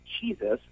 Jesus